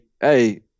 hey